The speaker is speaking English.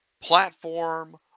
platform